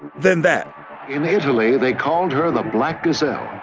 than that in italy, they called her the black gazelle.